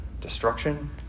destruction